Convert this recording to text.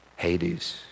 Hades